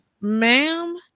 Ma'am